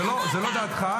זו לא דעתך,